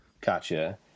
Gotcha